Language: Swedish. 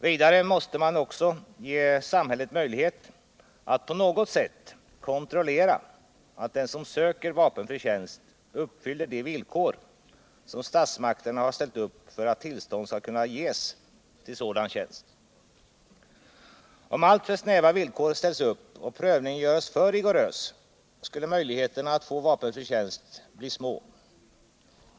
Vidare måste man ge samhället möjlighet att på något sätt kontrollera att den som söker vapenfri tjänst uppfyller de villkor som statsmakterna har ställt upp för att tillstånd skall kunna ges till sådan tjänst. Om alltför snäva villkor ställdes upp och prövningen gjorde för rigorös, skulle möjligheterna att få vapenfri tjänst bli små.